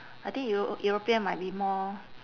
I think euro~ european might be more